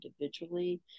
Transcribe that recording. individually